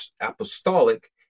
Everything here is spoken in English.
apostolic